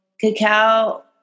cacao